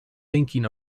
thinking